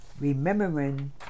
remembering